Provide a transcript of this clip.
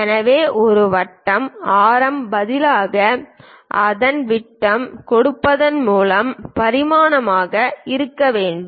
எனவே ஒரு வட்டம் ஆரம் பதிலாக அதன் விட்டம் கொடுப்பதன் மூலம் பரிமாணமாக இருக்க வேண்டும்